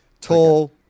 tall